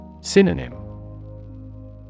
Synonym